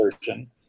version